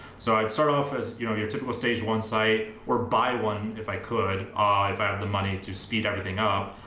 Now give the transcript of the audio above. so i'd start off as you know, your typical stage one site or buy one if i could, if i have the money to speed everything up,